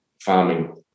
farming